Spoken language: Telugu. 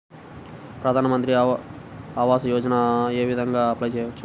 ప్రధాన మంత్రి ఆవాసయోజనకి ఏ విధంగా అప్లే చెయ్యవచ్చు?